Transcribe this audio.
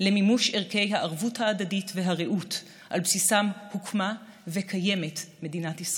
למימוש ערכי הערבות ההדדית והרעות שעל בסיסם הוקמה וקיימת מדינת ישראל.